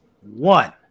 one